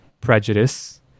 prejudice